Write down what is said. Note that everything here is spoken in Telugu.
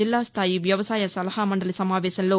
జిల్లాస్దాయి వ్యవసాయ సలహా మండలి సమావేశంలో